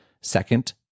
Second